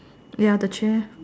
the other chair